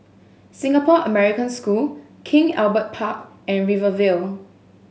Singapore American School King Albert Park and Rivervale